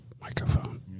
microphone